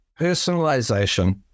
Personalization